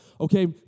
okay